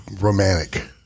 romantic